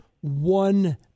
one